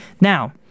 Now